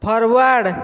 forward